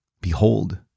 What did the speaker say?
Behold